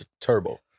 Turbo